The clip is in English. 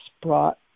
brought